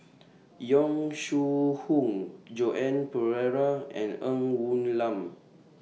Yong Shu Hoong Joan Pereira and Ng Woon Lam